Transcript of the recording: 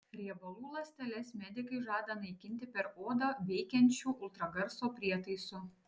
riebalų ląsteles medikai žada naikinti per odą veikiančiu ultragarso prietaisu